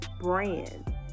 brand